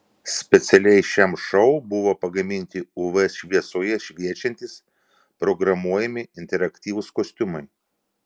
specialiai šiam šou buvo pagaminti uv šviesoje šviečiantys programuojami interaktyvūs kostiumai